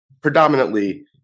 predominantly